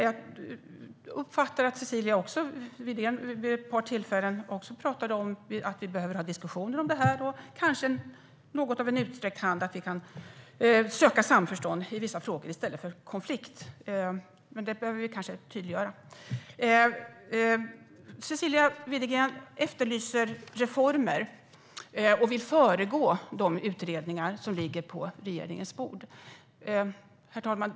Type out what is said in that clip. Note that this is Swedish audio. Jag uppfattade att Cecilia Widegren vid ett par tillfällen talade om att vi behöver ha diskussioner om detta - kanske en utsträckt hand och att vi kan söka samförstånd i vissa frågor i stället för konflikt. Det behöver vi kanske tydliggöra. Cecilia Widegren efterlyser reformer och vill föregripa de utredningar som ligger på regeringens bord.